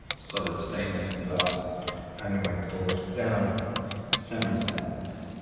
solid stainless and glass companionway doors, down seven steps,